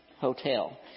hotel